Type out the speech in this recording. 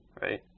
Right